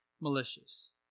malicious